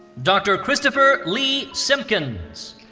dr. christopher lee simpkins.